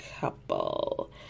couple